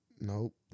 Nope